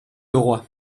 leroy